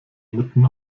mitten